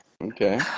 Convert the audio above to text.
okay